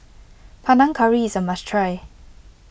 Panang Curry is a must try